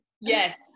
Yes